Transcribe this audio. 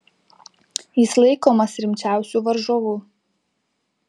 jis laikomas rimčiausiu varžovu